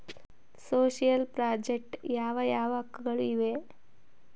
Social project ಯಾವ ಯಾವ ಹಕ್ಕುಗಳು ಇವೆ?